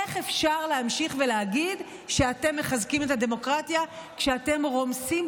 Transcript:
איך אפשר להמשיך ולהגיד שאתם מחזקים את הדמוקרטיה כשאתם רומסים,